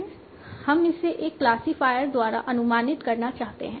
हम इसे एक क्लासिफायर द्वारा अनुमानित करना चाहते हैं